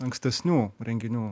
ankstesnių renginių